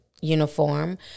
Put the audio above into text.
uniform